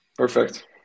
Perfect